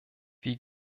wie